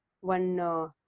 one